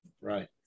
Right